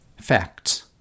Facts